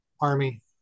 Army